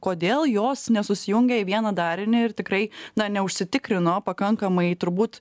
kodėl jos nesusijungia į vieną darinį ir tikrai na neužsitikrino pakankamai turbūt